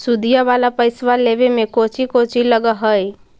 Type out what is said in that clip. सुदिया वाला पैसबा लेबे में कोची कोची लगहय?